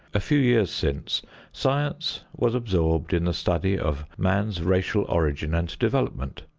a few years since science was absorbed in the study of man's racial origin and development.